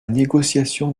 négociation